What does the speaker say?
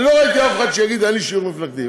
אני לא ראיתי אף אחד שיגיד: אין לי שיוך מפלגתי.